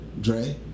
Dre